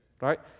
right